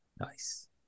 Nice